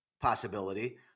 possibility